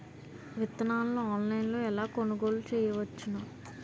విత్తనాలను ఆన్లైన్లో ఎలా కొనుగోలు చేయవచ్చున?